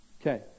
Okay